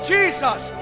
Jesus